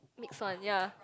mix one ya